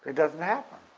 doesn't happen,